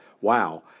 wow